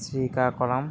Srikakulam